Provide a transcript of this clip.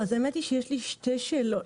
האמת היא שיש לי שתי שאלות.